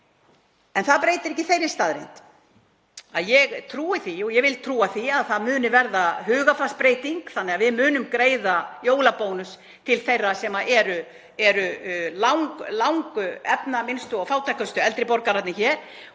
En það breytir ekki þeirri staðreynd að ég trúi því og ég vil trúa því að það muni verða hugarfarsbreyting þannig að við munum greiða jólabónus til þeirra sem eru langefnaminnstu og fátækustu eldri borgararnir hér. Ég ætla að setja þessar ríflega